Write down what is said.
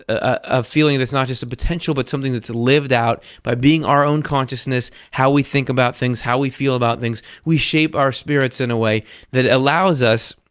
a feeling that's not just a potential but something that's lived out by being our own consciousness, how we think about things, how we feel about things, we shape our spirits in a way that allows us,